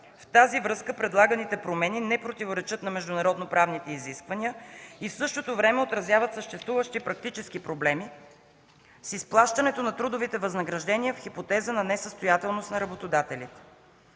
В тази връзка предлаганите промени не противоречат на международноправните изисквания и в същото време отразяват съществуващи практически проблеми с изплащането на трудовите възнаграждения в хипотеза на несъстоятелност на работодателите.